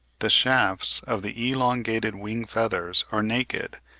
the shafts of the elongated wing-feathers are naked,